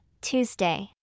Tuesday